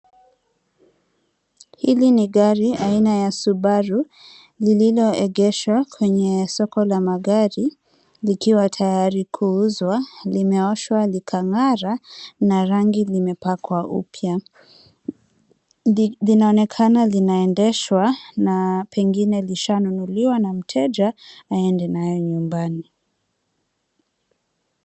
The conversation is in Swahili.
Hili ni gari aina ya subaru, lililoegeshwa kwenye soko la magari likiwa tayari kuuzwa limeoshwa likaangara na rangi limepakwa upya. Linaonekana linaendeshwa na pengine lisha nunuliwa na mteja aende naye nyumbani.